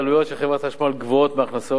של חברת החשמל גבוהות מההכנסות שלה.